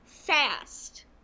fast